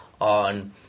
on